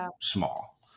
small